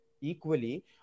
equally